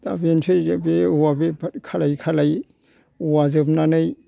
दा बेनोसै बे औवा बेफारि खालामै खालामै औवा जोबनानै